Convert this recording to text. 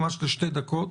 ממש לשתי דקות.